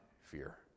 fear